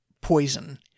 poison